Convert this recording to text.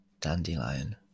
Dandelion